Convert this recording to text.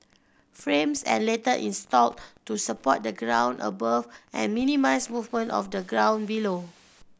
frames are later installed to support the ground above and minimise movement of the ground below